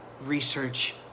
research